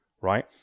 Right